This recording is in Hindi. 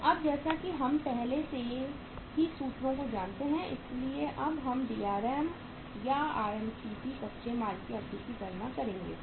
तो अब जैसा कि हम पहले से ही सूत्रों को जानते हैं इसलिए अब हम DRM या RMCP कच्चे माल की अवधि की गणना करेंगे